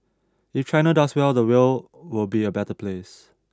if China does well the world will be a better place